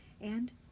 And